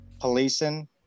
policing